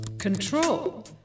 control